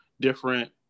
different